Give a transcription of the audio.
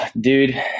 dude